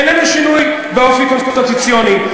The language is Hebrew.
"איננו שינוי באופי קונסטיטוציוני,